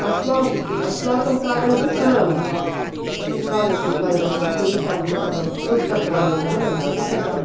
अस्माकं अस्माकं कारमपि सरलं भवति खादतु खादतु इति तेषां पृ पृष्ठभागे गमनं बहु कष्टम्